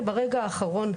ברגע האחרון,